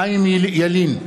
חיים ילין,